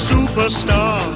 Superstar